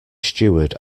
steward